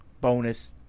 bonus